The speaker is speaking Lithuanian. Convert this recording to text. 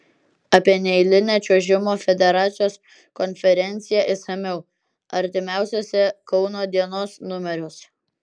apie neeilinę čiuožimo federacijos konferenciją išsamiau artimiausiuose kauno dienos numeriuose